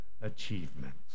achievements